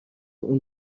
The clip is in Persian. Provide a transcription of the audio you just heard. اون